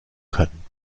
können